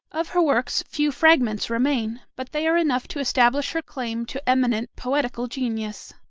of her works few fragments remain, but they are enough to establish her claim to eminent poetical genius.